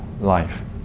life